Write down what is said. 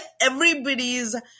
everybody's